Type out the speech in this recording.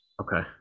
Okay